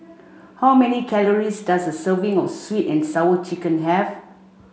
how many calories does a serving of sweet and sour chicken have